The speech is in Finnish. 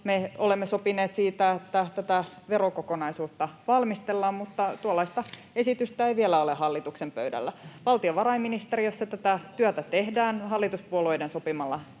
me olemme sopineet siitä, että tätä verokokonaisuutta valmistellaan, mutta tuollaista esitystä ei vielä ole hallituksen pöydällä. Valtiovarainministeriössä tätä työtä tehdään hallituspuolueiden sopimalla